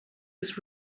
was